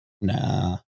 Nah